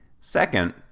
Second